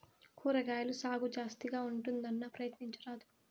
కూరగాయల సాగు జాస్తిగా ఉంటుందన్నా, ప్రయత్నించరాదూ